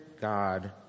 God